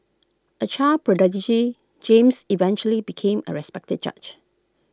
A child prodigy James eventually became A respected judge